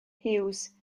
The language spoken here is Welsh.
huws